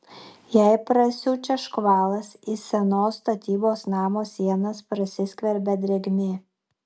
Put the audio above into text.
jei prasiaučia škvalas į senos statybos namo sienas prasiskverbia drėgmė